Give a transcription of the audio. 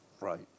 right